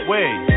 Wait